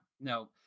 no